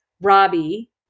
Robbie